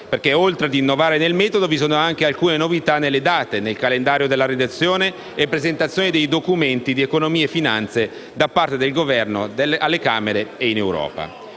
oltre a innovare nel metodo, vi sono anche alcune novità nelle date, nel calendario della redazione e presentazione dei documenti di economia e finanza da parte del Governo alle Camere e in Europa.